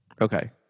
Okay